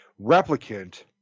replicant